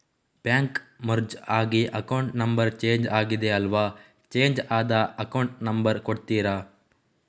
Bank merge ಆಗಿ account number change ಆಗಿದೆ ಅಲ್ವಾ, ಚೇಂಜ್ ಆದ ಅಕೌಂಟ್ ನಂಬರ್ ಕೊಡ್ತೀರಾ?